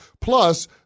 Plus